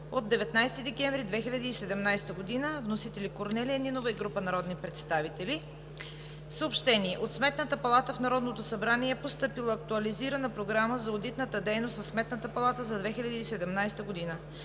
на 19 декември 2017 г. Вносители: Корнелия Нинова и група народни представители.“ В Народното събрание е постъпила Актуализирана програма за одитната дейност на Сметната палата за 2017 г.